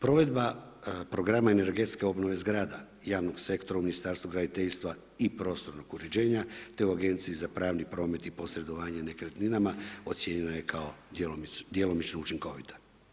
Provedba programa energetske obnove zgrada javnog sektora u Ministarstvu graditeljstva i prostornog uređenja te u Agenciji za pravni promet i posredovanje nekretninama, ocjenjeno je kao djelomično učinkovito.